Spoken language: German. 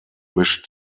mischt